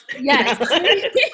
Yes